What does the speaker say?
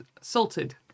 salted